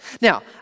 Now